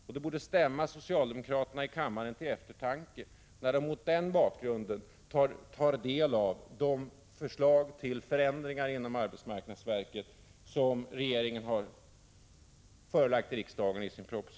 Det borde stämma socialdemokraterna i kammaren till eftertanke när de mot den bakgrunden tar del av de förslag till förändringar inom arbetsmarknadsverket som regeringen i sin proposition förelagt riksdagen. Herr talman!